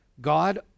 God